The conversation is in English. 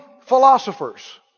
philosophers